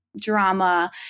drama